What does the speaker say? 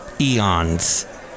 Eons